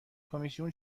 کمیسیون